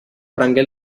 prengué